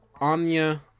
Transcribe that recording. Anya